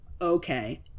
okay